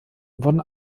wurden